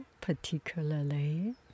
particularly